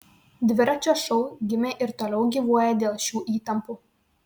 dviračio šou gimė ir toliau gyvuoja dėl šių įtampų